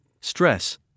stress